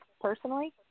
personally